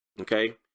okay